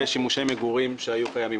ואנחנו חייבים לתקן אותו.